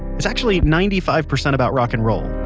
it's actually ninety five percent about rock and roll,